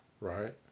Right